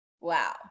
Wow